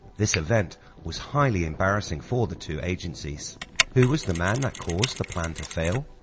this event was highly embarrassing for the two agencies who was the man that caused the plan to fail?